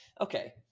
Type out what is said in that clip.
Okay